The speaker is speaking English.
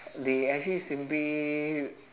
they actually simply